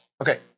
Okay